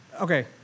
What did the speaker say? Okay